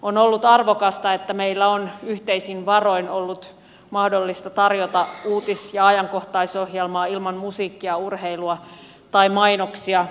on ollut arvokasta että meillä on yhteisin varoin ollut mahdollista tarjota uutis ja ajankohtaisohjelmaa ilman musiikkia urheilua tai mainoksia